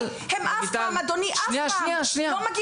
הם אף פעם לא מגיעים.